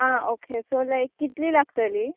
आ okay so कितली लागतली